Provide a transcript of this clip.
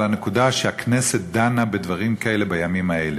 על הנקודה שהכנסת דנה בדברים כאלה בימים האלה.